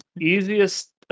easiest